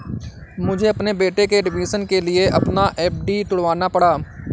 मुझे अपने बेटे के एडमिशन के लिए अपना एफ.डी तुड़वाना पड़ा